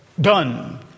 done